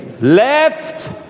Left